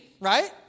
right